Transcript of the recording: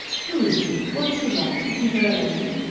who is he? what is he like? is he very old?